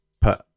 put